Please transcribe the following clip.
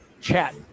chat